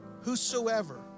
whosoever